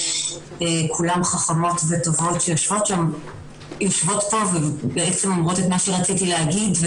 כולן חכמות וטובות יושבות פה ואומרות את מה שרציתי להגיד.